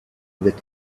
with